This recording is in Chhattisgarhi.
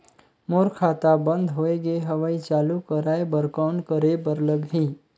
मोर खाता बंद हो गे हवय चालू कराय बर कौन करे बर लगही?